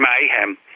mayhem